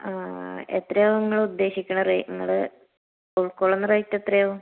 എത്രയാവും നിങ്ങൾ ഉദ്ദേശിക്കുന്നത് നിങ്ങൾ ഉൾക്കൊള്ളുന്ന റേറ്റ് എത്രയാകും